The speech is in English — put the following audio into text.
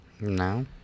No